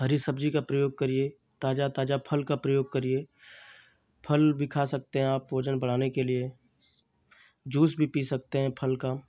हरी सब्ज़ी का प्रयोग करिये ताजा ताजा फल का प्रयोग करिए फल भी खा सकते हैं आप वज़न बढ़ाने के लिए जूस भी पी सकते हैं फल का